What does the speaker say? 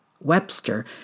Webster